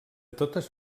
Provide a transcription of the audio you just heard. totes